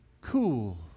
cool